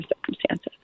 circumstances